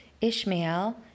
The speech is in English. Ishmael